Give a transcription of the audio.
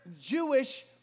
Jewish